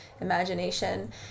imagination